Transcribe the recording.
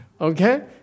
Okay